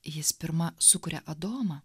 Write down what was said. jis pirma sukuria adomą